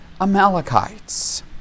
Amalekites